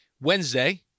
Wednesday